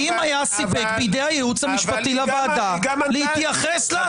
האם היה סיפק בידי הייעוץ המשפטי לוועדה להתייחס להצעה?